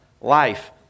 life